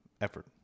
effort